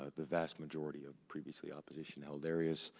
ah the vast majority of previously opposition held areas.